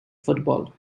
football